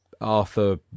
Arthur